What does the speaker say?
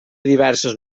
diverses